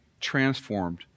transformed